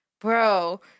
Bro